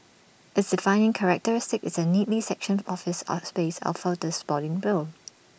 its defining characteristic is the neatly sectioned office space the